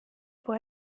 vor